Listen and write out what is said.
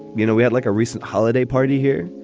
you know, we had like a recent holiday party here,